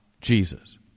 Jesus